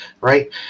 right